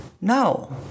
No